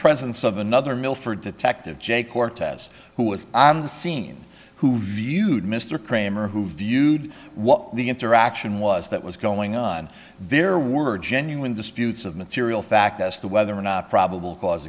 presence of another milford's attacked of j cortez who was on the scene who viewed mr kramer who viewed what the interaction was that was going on there were genuine disputes of material fact as to whether or not probable cause